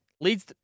Leads